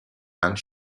and